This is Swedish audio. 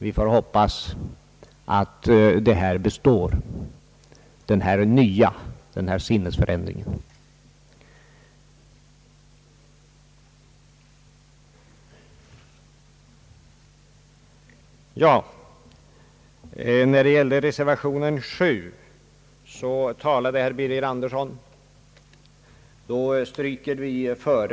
— Vi får hoppas att denna ådagalagda sinnesförändring består.